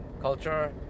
culture